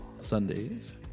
Sundays